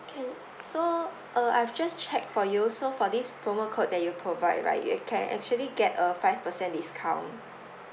can so uh I've just check for you so for this promo code that you provide right you can actually get a five percent discount